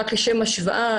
רק לשם השוואה,